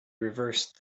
reversed